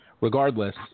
Regardless